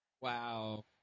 Wow